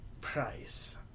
price